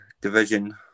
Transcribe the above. division